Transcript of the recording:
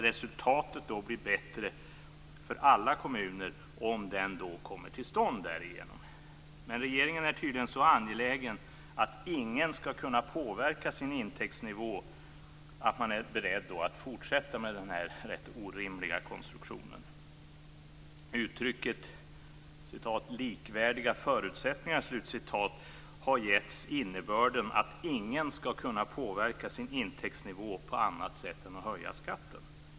Resultatet blir bättre för alla kommuner om den kommer till stånd. Men regeringen är tydligen så angelägen om att ingen skall kunna påverka sin intäktsnivå att den är beredd att fortsätta med den här rätt orimliga konstruktionen. Uttrycket "likvärdiga förutsättningar" har getts innebörden att ingen skall kunna påverka sin intäktsnivå på annat sätt än genom att höja skatten.